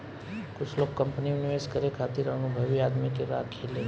कुछ लोग कंपनी में निवेश करे खातिर अनुभवी आदमी के राखेले